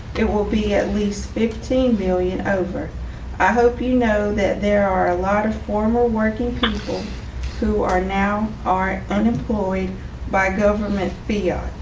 it will be at least fifteen billion over i hope you know that there are a lot of former working people who are now are unemployed by government via